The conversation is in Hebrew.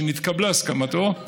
שהתקבלה הסכמתו,